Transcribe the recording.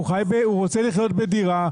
הוא רוצה לחיות בדירה,